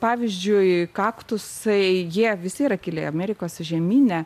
pavyzdžiui kaktusai jie visi yra kilę amerikos žemyne